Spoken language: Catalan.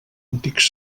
antics